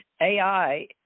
AI